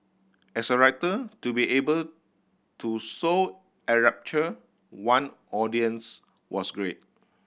as a writer to be able to so enrapture one audience was great